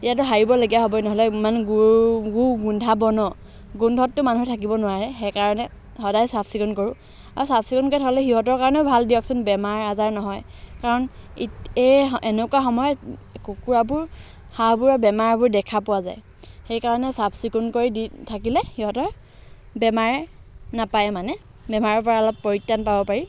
তেতিয়াতো সাৰিবলগীয়া হ'বই নহ'লে ইমান গু গু গোন্ধাব ন গোন্ধততো মানুহ থাকিব নোৱাৰে সেইকাৰণে সদায় চাফ চিকুণ কৰোঁ আৰু চাফ চিকুণকৈ থ'লে সিহঁতৰ কাৰণেই ভাল দিয়কচোন বেমাৰ আজাৰ নহয় কাৰণ এই এনেকুৱা সময়ত কুকুৰাবোৰ হাঁহবোৰৰ বেমাৰাবোৰ দেখা পোৱা যায় সেইকাৰণে চাফ চিকুণকৈ দি থাকিলে সিহঁতৰ বেমাৰে নাপায় মানে বেমাৰৰ পৰা অলপ পৰিত্ৰাণ পাব পাৰি